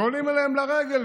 ועולים אליהם לרגל,